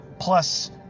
plus